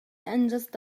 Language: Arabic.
أنجزت